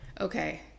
Okay